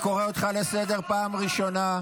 אני קורא אותך לסדר בפעם הראשונה.